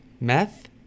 Meth